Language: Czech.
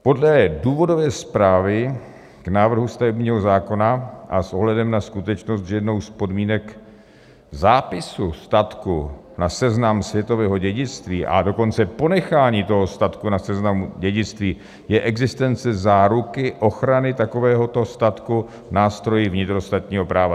Podle důvodové zprávy k návrhu stavebního zákona a s ohledem na skutečnost, že jednou z podmínek zápisu statku na Seznam světového dědictví, a dokonce ponechání toho statku na Seznamu dědictví, je existence záruky ochrany takovéhoto statku nástroji vnitrostátního práva.